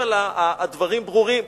אבל הדברים ברורים.